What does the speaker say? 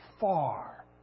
far